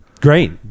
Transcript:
Great